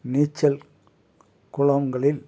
நீச்சல் குளங்களில்